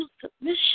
submission